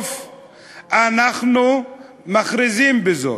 וסוף-סוף אנחנו מכריזים בזאת,